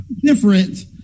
different